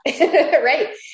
right